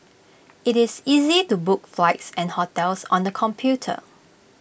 IT is easy to book flights and hotels on the computer